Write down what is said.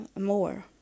more